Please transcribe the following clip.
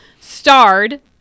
Starred